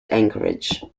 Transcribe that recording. anchorage